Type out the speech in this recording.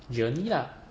journey lah